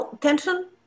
tension